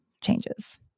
changes